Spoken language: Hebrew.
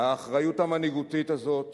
האחריות המנהיגותית הזאת